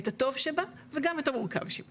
את הטוב שבה וגם את המורכב שבה